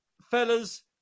fellas